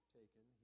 taken